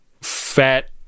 fat